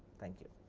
thank you.